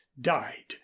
died